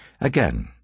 Again